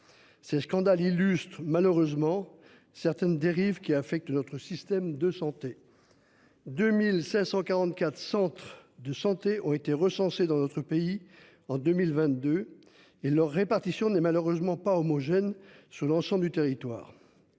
Ces scandales illustrent malheureusement certaines dérives qui affectent notre système de santé. 2544 centres de santé ont été recensés dans notre pays en 2022 et leur répartition n'est malheureusement pas homogène sur l'ensemble du territoire.